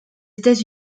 états